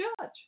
judge